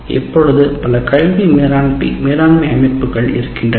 இப்பொழுது பல கல்வி மேலாண்மை அமைப்புகள் சந்தையில் வருகின்றன